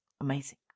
amazing